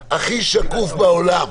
ההסתייגות לא עברה.